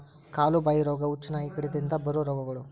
ಕಾಲು ಬಾಯಿ ರೋಗಾ, ಹುಚ್ಚುನಾಯಿ ಕಡಿತದಿಂದ ಬರು ರೋಗಗಳು